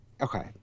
Okay